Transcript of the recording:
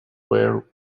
their